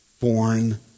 born